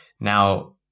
Now